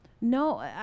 No